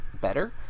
better